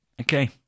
Okay